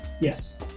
Yes